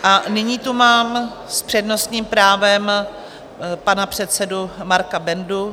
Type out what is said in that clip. A nyní tu mám s přednostním právem pana předsedu Marka Bendu.